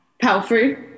Palfrey